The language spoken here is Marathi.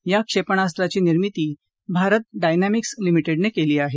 या क्षेपणास्त्राची निर्मिती भारत डायनॅमिकस लिमिटेडने केली आहे